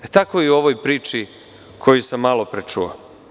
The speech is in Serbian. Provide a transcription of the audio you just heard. Tako i u ovoj priči koju sam malopre čuo.